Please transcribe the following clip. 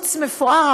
שערוץ מפואר,